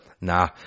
Nah